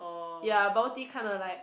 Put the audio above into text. ya bubble tea kinda like